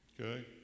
okay